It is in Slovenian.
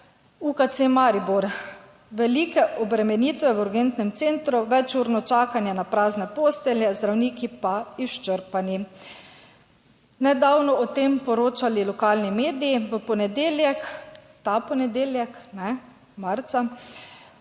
UKC Maribor velike obremenitve v urgentnem centru, večurno čakanje na prazne postelje, zdravniki pa izčrpani. Nedavno o tem poročali lokalni mediji. V ponedeljek, ta ponedeljek, marca,